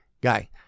Guy